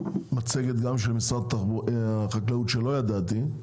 מצגת גם של משרד החקלאות שלא ידעתי עליה,